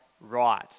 right